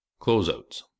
Closeouts